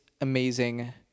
amazing